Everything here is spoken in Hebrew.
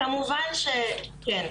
כן.